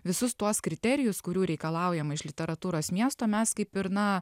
visus tuos kriterijus kurių reikalaujama iš literatūros miesto mes kaip ir na